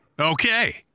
Okay